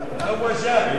"חאווה",